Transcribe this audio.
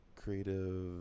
creative